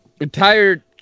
entire